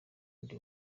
ndi